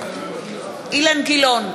אילן גילאון,